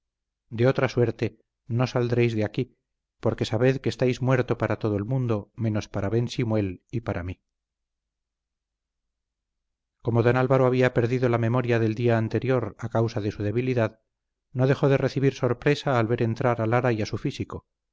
de otra suerte no saldréis de aquí porque sabed que estáis muerto para todo el mundo menos para ben simuel y para mí como don álvaro había perdido la memoria del día anterior a causa de su debilidad no dejó de recibir sorpresa al ver entrar a lara y a su físico